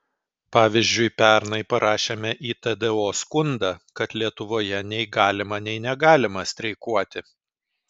pavyzdžiui pernai parašėme į tdo skundą kad lietuvoje nei galima nei negalima streikuoti